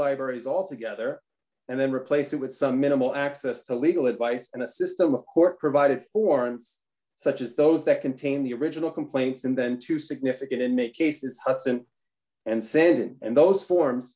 libraries altogether and then replace it with some minimal access to legal advice and a system of court provided forums such as those that contained the original complaints and then to significant in many cases hutson and sanded and those forms